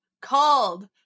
called